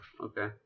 okay